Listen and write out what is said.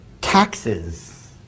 Taxes